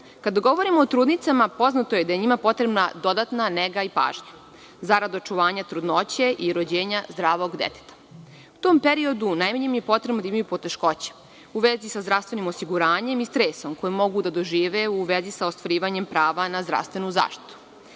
govorimo o trudnicama poznato je da je njima potrebna dodatna nega i pažnja, zarad očuvanja trudnoće i rođenja zdravog deteta. U tom periodu najmanje im je potrebno da imaju poteškoća u vezi sa zdravstvenim osiguranjem i stresom koji mogu da dožive u vezi sa ostvarivanjem prava na zdravstvenu zaštitu. Još